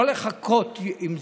לא לחכות עם זה,